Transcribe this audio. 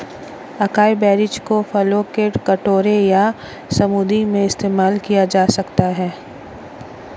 acai berries को फलों के कटोरे या स्मूदी में इस्तेमाल किया जा सकता है